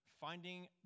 finding